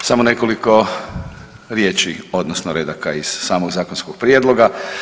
Samo nekoliko riječi odnosno redaka iz samog Zakonskog prijedloga.